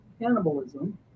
cannibalism